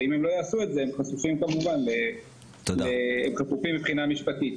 ואם הם לא יעשו, הם חשופים מבחינה משפטית.